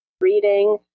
reading